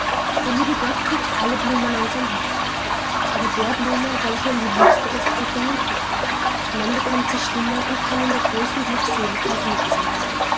der liebe gott drückt alle blumen an sein herz aber der blume welche ihm die liebste ist giebt er einen kuß und dann bekommt sie stimme und kann in der großen glückseligkeit mitsingen